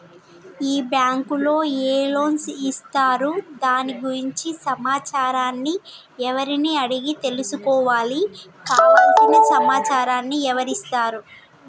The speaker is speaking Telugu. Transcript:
ఈ బ్యాంకులో ఏ లోన్స్ ఇస్తారు దాని గురించి సమాచారాన్ని ఎవరిని అడిగి తెలుసుకోవాలి? కావలసిన సమాచారాన్ని ఎవరిస్తారు?